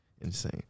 insane